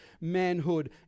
manhood